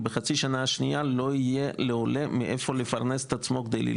כי בחצי שנה השנייה לא יהיה לעולה מאיפה לפרנס את עצמו כדי ללמוד.